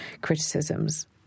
criticisms